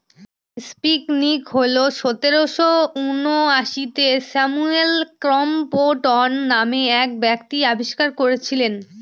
spinning wheel সতেরোশো ঊনআশিতে Samuel Crompton নামে এক ব্যক্তি আবিষ্কার করেছিলেন